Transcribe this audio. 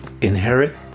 inherit